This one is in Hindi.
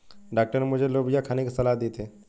डॉक्टर ने मुझे लोबिया खाने की सलाह दी थी